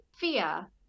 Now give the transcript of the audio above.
fear